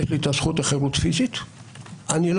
יש לי את הזכות לחירות פיזית ואני לא